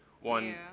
One